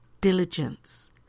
diligence